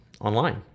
online